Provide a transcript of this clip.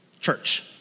church